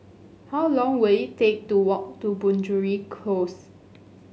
how long will it take to walk to Penjuru Close